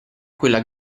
quella